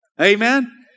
Amen